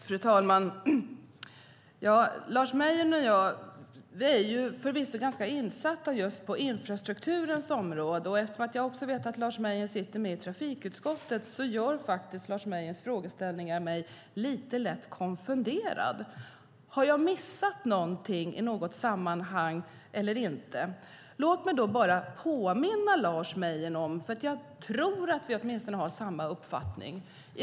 Fru talman! Lars Mejern Larsson och jag är ganska insatta på infrastrukturens område. Jag vet också att Lars Mejern sitter med i trafikutskottet. Därför gör Lars Mejerns frågor mig lite lätt konfunderad. Har jag missat någonting i något sammanhang eller inte? Låt mig påminna Lars Mejern om en sak. Jag tror att vi har samma uppfattning.